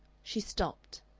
she stopped.